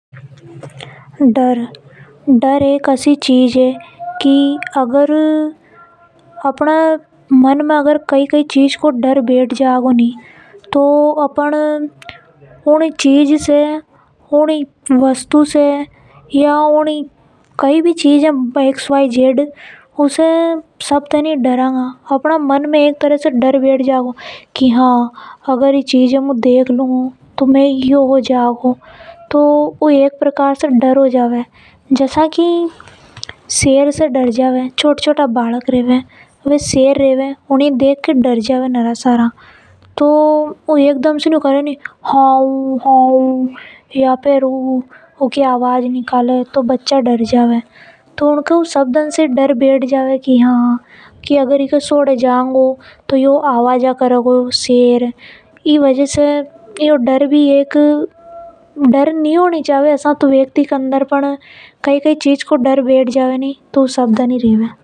डर एक आशी चीज है कि अगर अपन मन में कई कई को डर बैठ जावे तो अपन उन्हीं चीज से उन्हीं वस्तु से घणा ज्यादा डर गा। अपना मन में एक तरह से डर बैठ जागो। कि हा अगर मु एनी चीज ए देख लूंगी तो मु डर जाऊंगी। जसा की छोटा छोटा बालक रेवे वे शेर को देख केन डर डर जावे। ओर कभी कभी फिर से सेर न देख लेवे तो देखता ही डर जावे। जसा जसा शेर हाउहाउ की आवाज निका ले तो बालक डर जावे। इन ये ही डर केव है।